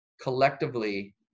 collectively